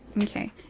Okay